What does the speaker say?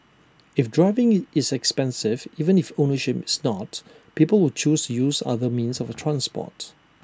if driving is expensive even if ownership is not people will choose use other means of transport